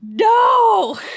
No